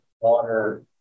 water